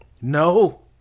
No